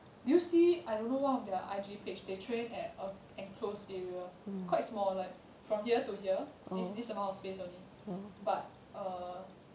do you see I don't know one of their I_G page they trained at a enclosed area quite small like from here to here this this amount of space only but uh